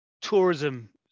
tourism